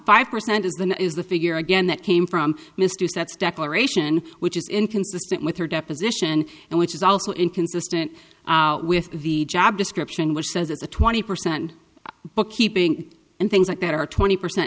five percent is the is the figure again that came from misuse that's declaration which is inconsistent with her deposition and which is also inconsistent with the job description which says it's a twenty percent bookkeeping and things like that are twenty percent